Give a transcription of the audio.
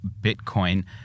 Bitcoin